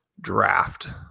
draft